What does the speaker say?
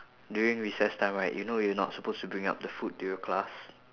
during recess time right you know you not supposed to bring up the food to your class